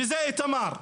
וזה איתמר.